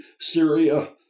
Syria